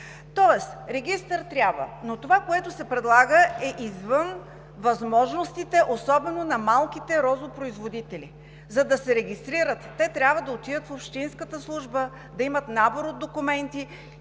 Тоест регистър трябва, но това, което се предлага, е извън възможностите, особено на малките розопроизводители. За да се регистрират, те трябва да отидат в общинската служба, да имат набор от документи